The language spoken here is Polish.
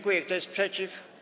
Kto jest przeciw?